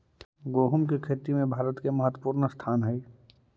गोहुम की खेती में भारत के महत्वपूर्ण स्थान हई